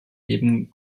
neben